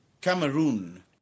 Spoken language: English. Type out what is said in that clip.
Cameroon